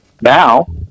now